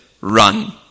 Run